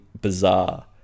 bizarre